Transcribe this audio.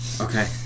Okay